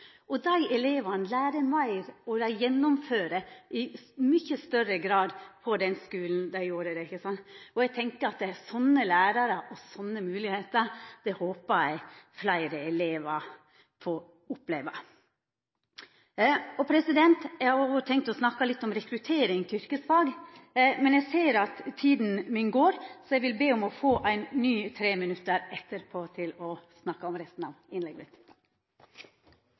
meir, og gjennomfører i mykje større grad. Eg håpar at fleire elevar kan få oppleva sånne lærarar og få sånne moglegheiter. Eg hadde òg tenkt å snakka litt om rekruttering til yrkesfag, men eg ser at tida mi går, så eg vil be om å få eit nytt treminutters innlegg etterpå til å snakka om resten av innlegget mitt.